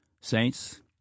Saints